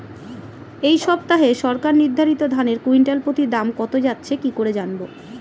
এই সপ্তাহে সরকার নির্ধারিত ধানের কুইন্টাল প্রতি দাম কত যাচ্ছে কি করে জানবো?